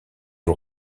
aux